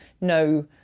no